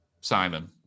Simon